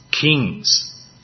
kings